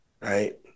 right